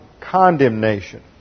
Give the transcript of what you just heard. condemnation